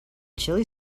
chilli